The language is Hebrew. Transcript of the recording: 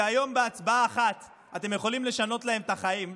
היום בהצבעה אחת אתם יכולים לשנות להם את החיים.